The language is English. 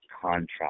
contract